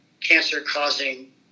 cancer-causing